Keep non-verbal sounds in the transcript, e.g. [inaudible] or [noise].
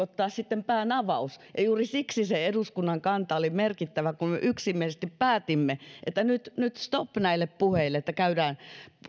[unintelligible] ottaa sitten päänavaus ja ja juuri siksi se eduskunnan kanta oli merkittävä kun yksimielisesti päätimme että nyt nyt stop näille puheille että käydään